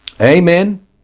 Amen